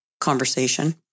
conversation